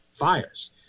fires